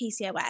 PCOS